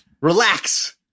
Relax